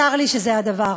צר לי שזה הדבר.